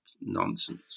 nonsense